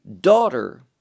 daughter